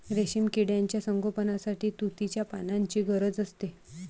रेशीम किड्यांच्या संगोपनासाठी तुतीच्या पानांची गरज असते